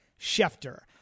Schefter